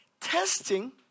testing